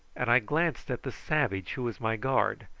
and i glanced at the savage who was my guard,